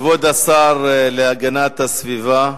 כבוד השר להגנת הסביבה,